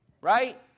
Right